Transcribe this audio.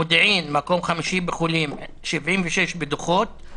מודיעין במקום חמישי במספר החולים ובמקום 76 בדוחות;